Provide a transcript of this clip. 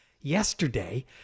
yesterday